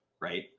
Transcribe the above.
right